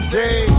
day